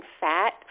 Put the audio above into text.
fat